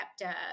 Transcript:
kept